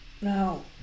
no